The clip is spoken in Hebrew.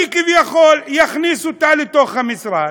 אני כביכול אכניס אותה לתוך המשרד,